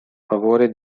favore